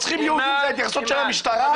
רוצחים יהודים זה ההתייחסות של המשטרה?